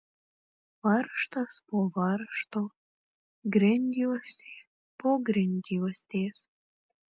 varžtas po varžto grindjuostė po grindjuostės